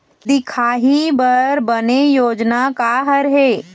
दिखाही बर बने योजना का हर हे?